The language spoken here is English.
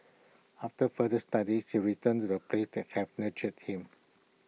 after further studies he returned to the place that have nurtured him